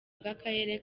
bw’akarere